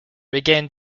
regained